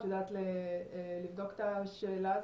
את יודעת לבדוק את השאלה הזו?